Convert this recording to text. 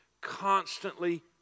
Constantly